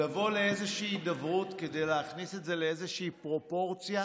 לבוא לאיזושהי הידברות כדי להכניס את זה לאיזושהי פרופורציה,